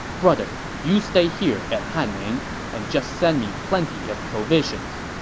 brother, you stay here at hanning and just send me plenty of provisions.